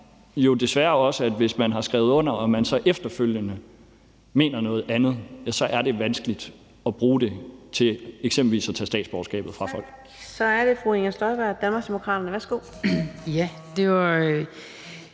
jo desværre også, at hvis man har skrevet under og efterfølgende mener noget andet, er det vanskeligt at bruge det til eksempelvis at tage statsborgerskabet fra folk. Kl. 10:24 Fjerde næstformand (Karina Adsbøl): Så er det fru